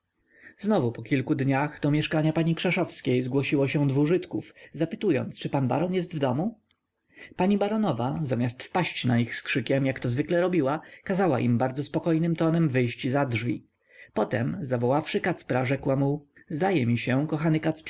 znowu po kilku dniach do mieszkania pani krzeszowskiej zgłosiło się dwu żydków zapytując czy pan baron jest w domu pani baronowa zamiast wpaść na nich z krzykiem jak to zwykle robiła kazała im bardzo spokojnym tonem wyjść za drzwi potem zawoławszy kacpra rzekła mu zdaje mi się kochany